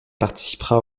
participera